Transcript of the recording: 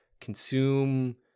consume